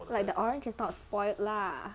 like the orange is not spoilt lah